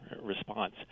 response